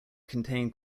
contain